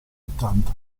ottanta